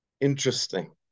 interesting